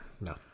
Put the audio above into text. No